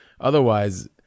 Otherwise